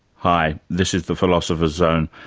hi, this is the philosopher's zone,